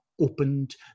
opened